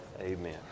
Amen